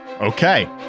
Okay